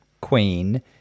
queen